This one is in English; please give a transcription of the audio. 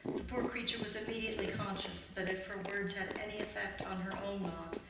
the poor creature was immediately conscious that if her words had any effect on her own lot,